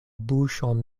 buŝon